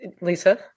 lisa